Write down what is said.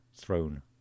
throne